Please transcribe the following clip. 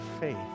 faith